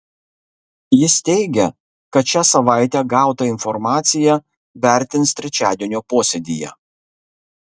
jis teigia kad šią savaitę gautą informaciją vertins trečiadienio posėdyje